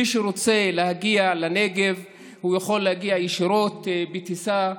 מי שרוצה להגיע לנגב יכול להגיע ישירות בטיסה.